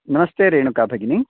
नमस्ते रेणुका भगिनी